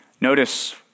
Notice